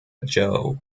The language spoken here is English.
joe